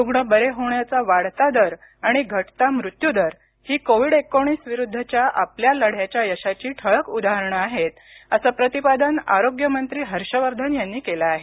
रुग्ण बरे होण्याचा वाढता दर आणि घटता मृत्यूदर ही कोविड विरुद्धच्या आपल्या लढ्याच्या यशाची ठळक उदाहरणं आहेत असं प्रतिपादन आरोग्य मंत्री हर्षवर्धन यांनी केलं आहे